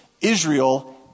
Israel